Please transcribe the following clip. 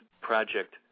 project